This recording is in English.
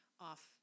off